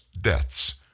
deaths